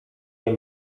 nie